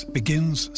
begins